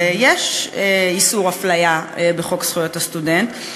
ויש איסור אפליה בחוק זכויות הסטודנט,